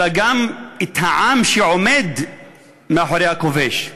אלא גם את העם שעומד מאחורי הכובש.